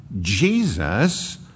Jesus